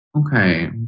okay